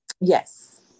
Yes